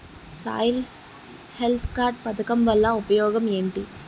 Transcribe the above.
Soil health card పథకం వల్ల ఉపయోగం ఏంటి?